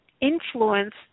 influence